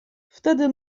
wtedy